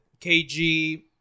KG